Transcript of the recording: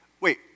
wait